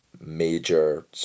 major